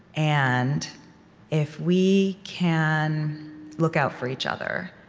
and if we can look out for each other,